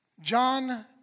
John